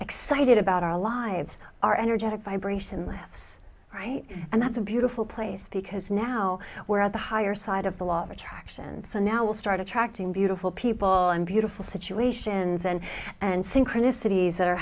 excited about our lives our energetic vibration that's right and that's a beautiful place because now we're at the higher side of the law of attraction and so now we'll start attracting beautiful people and beautiful situations and and synchronicities that are